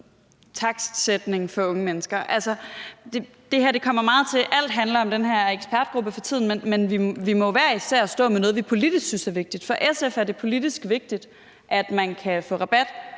takstsætning for unge mennesker? Altså, alt handler om den her ekspertgruppe for tiden, men vi må jo hver især stå med noget, vi politisk synes er vigtigt. For SF er det politisk vigtigt, at man kan få rabat,